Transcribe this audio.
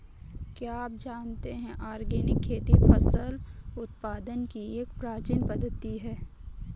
क्या आप जानते है ऑर्गेनिक खेती फसल उत्पादन की एक प्राचीन पद्धति है?